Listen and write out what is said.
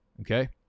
okay